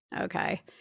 okay